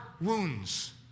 wounds